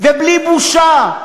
ובלי בושה,